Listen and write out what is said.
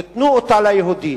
ייתנו אותה ליהודי.